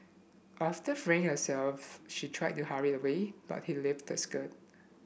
after freeing herself she tried to hurry away but he lifted her skirt